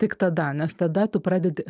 tik tada nes tada tu pradedi